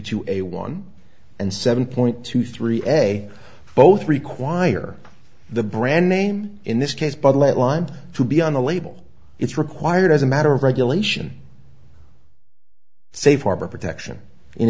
two a one and seven point two three eggs both require the brand name in this case but let want to be on the label it's required as a matter of regulation safe harbor protection in